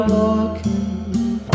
walking